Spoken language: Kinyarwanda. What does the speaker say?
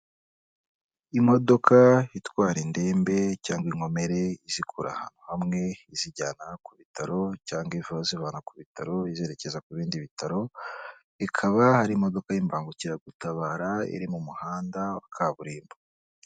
Imodoka itwara indembe cyangwa inkomere, izikura hamwe izijyana ku bitaro cyangwa izivana ku bitaro izerekeza ku bindi bitaro, ikaba ari imodoka y'imbangukiragutabara iri mu muhanda wa kaburimbo.